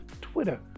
twitter